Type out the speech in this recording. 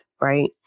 right